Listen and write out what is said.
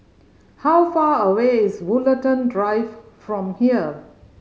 how far away is Woollerton Drive from here